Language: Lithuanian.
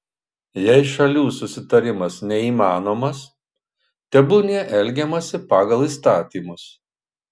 jei šalių susitarimas neįmanomas tebūnie elgiamasi pagal įstatymus